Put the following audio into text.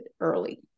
early